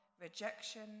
rejection